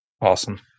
Awesome